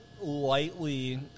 lightly